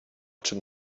czym